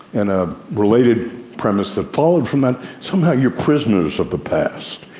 and a related premise that followed from that somehow you're prisoners of the past.